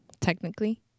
technically